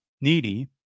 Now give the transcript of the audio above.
needy